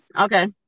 Okay